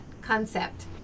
concept